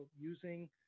using